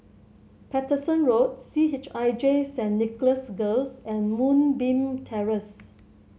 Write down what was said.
Paterson Road C H I J Saint Nicholas Girls and Moonbeam Terrace